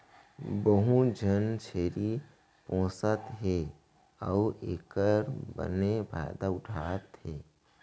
बहुत झन छेरी पोसत हें अउ एकर बने फायदा उठा थें